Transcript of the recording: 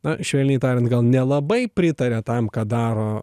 na švelniai tariant gal nelabai pritaria tam ką daro